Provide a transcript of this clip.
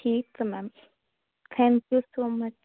ਠੀਕ ਹੈ ma'am thank you so ਮੱਚ